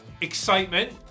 excitement